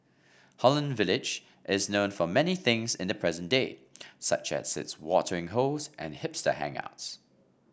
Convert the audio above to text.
Holland Village is known for many things in the present day such as its watering holes and hipster hangouts